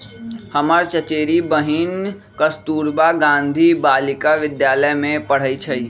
हमर चचेरी बहिन कस्तूरबा गांधी बालिका विद्यालय में पढ़इ छइ